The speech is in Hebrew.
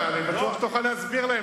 אני בטוח שתוכל להסביר להם,